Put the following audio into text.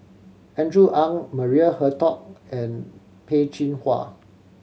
Andrew Ang Maria Hertogh and Peh Chin Hua